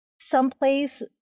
someplace